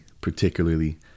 particularly